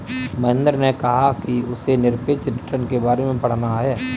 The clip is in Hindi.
महेंद्र ने कहा कि उसे निरपेक्ष रिटर्न के बारे में पढ़ना है